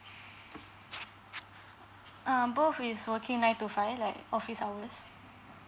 err both is working nine to five like office hours